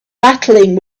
battling